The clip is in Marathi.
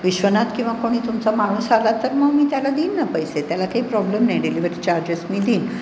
विश्वनाथ किंवा कोणी तुमचा माणूस आला तर मग मी त्याला देईन ना पैसे त्याला काही प्रॉब्लेम नाही डिलेवरी चार्जेस मी देईन